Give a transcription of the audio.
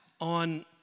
on